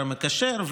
והשר המקשר,